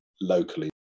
locally